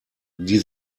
die